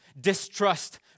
distrust